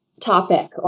topic